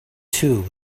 too